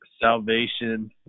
salvation